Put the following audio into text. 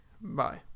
Bye